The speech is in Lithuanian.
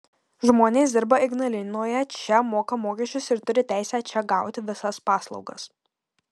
žmonės dirba ignalinoje čia moka mokesčius ir turi teisę čia gauti visas paslaugas